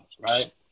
right